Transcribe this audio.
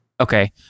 Okay